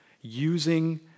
using